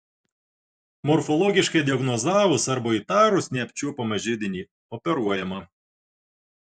morfologiškai diagnozavus arba įtarus neapčiuopiamą židinį operuojama